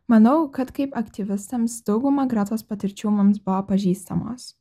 manau kad kaip aktyvistams dauguma gretos patirčių mums buvo pažįstamos